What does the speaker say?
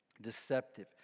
deceptive